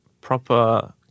proper